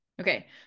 Okay